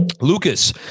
Lucas